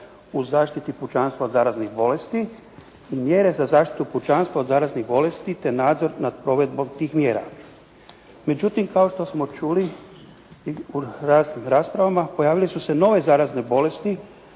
u zaštiti pučanstva od zaraznih bolesti, mjere za zaštitu pučanstva od zaraznih bolesti, te nadzor nad provedbom tih mjera. Međutim kao što smo čuli u raspravama, pojavile su se nove zarazne bolesti